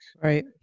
Right